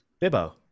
Bibo